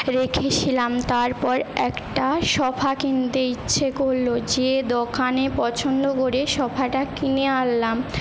রেখেছিলাম তারপর একটা সোফা কিনতে ইচ্ছে করল যেয়ে দোকানে পছন্দ করে সোফাটা কিনে আনলাম